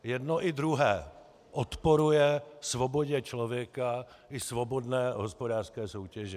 Jedno i druhé odporuje svobodě člověka i svobodné hospodářské soutěži.